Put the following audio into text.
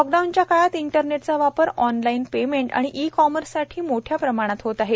लाँकडाऊनच्या काळात इंटरनेटचा वापर ऑनलाईन पेर्मेट आणि ई कॉमर्ससाठी खुप मोठ्या प्रमाणात होत आहे